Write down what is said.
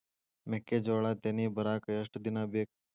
ಮೆಕ್ಕೆಜೋಳಾ ತೆನಿ ಬರಾಕ್ ಎಷ್ಟ ದಿನ ಬೇಕ್?